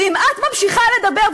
ואם את ממשיכה לדבר,